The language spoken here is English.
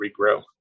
regrow